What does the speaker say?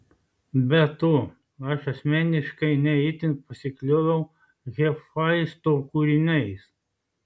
be to aš asmeniškai ne itin pasiklioviau hefaisto kūriniais